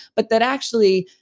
but that actually,